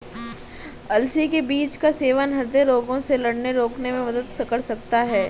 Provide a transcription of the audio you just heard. अलसी के बीज का सेवन हृदय रोगों से लड़ने रोकने में मदद कर सकता है